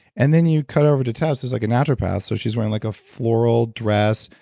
and then you cut over to tess who's like a naturopath, so she's wearing like a floral dress,